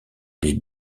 les